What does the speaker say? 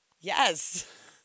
Yes